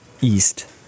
east